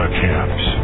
camps